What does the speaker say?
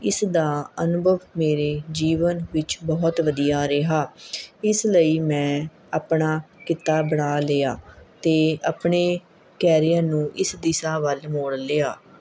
ਇਸ ਦਾ ਅਨੁਭਵ ਮੇਰੇ ਜੀਵਨ ਵਿੱਚ ਬਹੁਤ ਵਧੀਆ ਰਿਹਾ ਇਸ ਲਈ ਮੈਂ ਆਪਣਾ ਕਿੱਤਾ ਬਣਾ ਲਿਆ ਅਤੇ ਆਪਣੇ ਕੈਰੀਅਰ ਨੂੰ ਇਸ ਦਿਸ਼ਾ ਵੱਲ ਮੋੜ ਲਿਆ